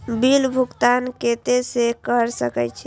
Bill भुगतान केते से कर सके छी?